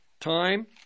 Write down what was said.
time